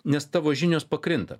nes tavo žinios pakrinta